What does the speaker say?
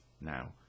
now